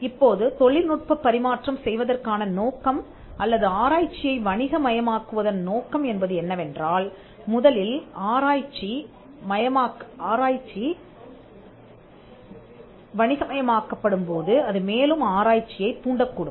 இப்போது தொழில்நுட்பப் பரிமாற்றம் செய்வதற்கான நோக்கம் அல்லது ஆராய்ச்சியை வணிக மயமாக்குவதன் நோக்கம் என்பது என்னவென்றால் முதலில் ஆராய்ச்சி மயமாக்கப்படும் போது அது மேலும் ஆராய்ச்சியைத் தூண்டக் கூடும்